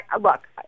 look